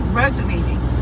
resonating